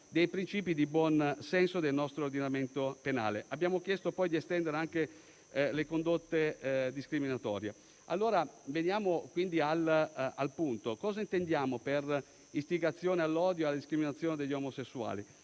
dei principi di buon senso del nostro ordinamento penale. Abbiamo chiesto poi di estendere anche le condotte discriminatorie. Veniamo quindi al punto: cosa intendiamo per istigazione all'odio e alla discriminazione degli omosessuali?